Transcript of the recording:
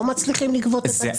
לא מצליחים לגבות את הכספים האלה?